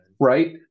right